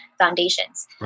foundations